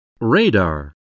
Radar